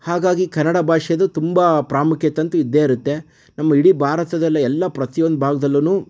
ಹಾಗಾಗಿ ಕನ್ನಡ ಭಾಷೆಯದು ತುಂಬ ಪ್ರಾಮುಖ್ಯತೆ ಅಂತೂ ಇದ್ದೇ ಇರುತ್ತೆ ನಮ್ಮ ಇಡೀ ಭಾರತದಲ್ಲೇ ಎಲ್ಲ ಪ್ರತಿಯೊಂದು ಭಾಗ್ದಲ್ಲೂ